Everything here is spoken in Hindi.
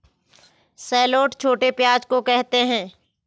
शैलोट छोटे प्याज़ को कहते है